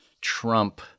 Trump